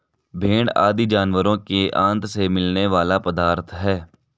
भेंड़ आदि जानवरों के आँत से मिलने वाला पदार्थ है